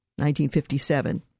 1957